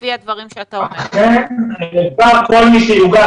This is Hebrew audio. כל מי שיגיש